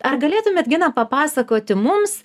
ar galėtumėt gina papasakoti mums